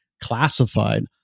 classified